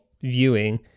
viewing